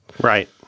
Right